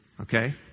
Okay